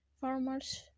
Farmer's